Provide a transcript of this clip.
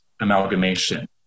amalgamation